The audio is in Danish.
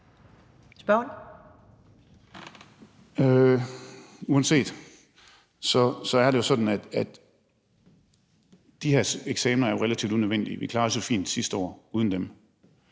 (ALT): Uanset hvad, er det jo sådan, at de her eksamener er relativt unødvendige. Vi klarede os jo fint sidste år uden dem.